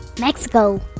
Mexico